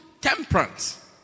temperance